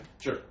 Sure